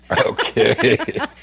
okay